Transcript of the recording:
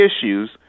issues